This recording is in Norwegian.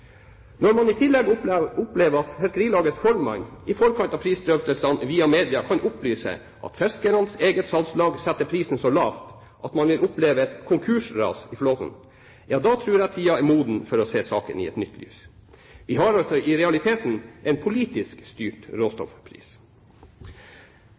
Når man i tillegg opplever at Fiskarlagets formann i forkant av prisdrøftelsene via media kan opplyse av fiskernes eget salgslag setter prisen så lavt at man vil oppleve et konkursras i flåten, ja da tror jeg tiden er moden for å se saken i et nytt lys. Vi har altså i realiteten en politisk styrt